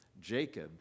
Jacob